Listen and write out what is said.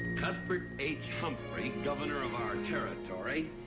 cuthbert h. humphreys, governor of our territory,